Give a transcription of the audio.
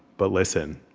but listen.